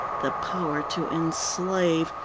the power to enslave,